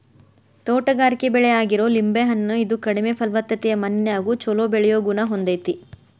ತೋಟಗಾರಿಕೆ ಬೆಳೆ ಆಗಿರೋ ಲಿಂಬೆ ಹಣ್ಣ, ಇದು ಕಡಿಮೆ ಫಲವತ್ತತೆಯ ಮಣ್ಣಿನ್ಯಾಗು ಚೊಲೋ ಬೆಳಿಯೋ ಗುಣ ಹೊಂದೇತಿ